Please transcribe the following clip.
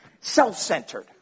Self-centered